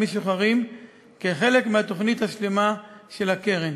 משוחררים כחלק מהתוכנית השלמה של הקרן.